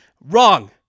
Wrong